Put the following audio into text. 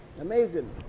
Amazing